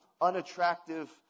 unattractive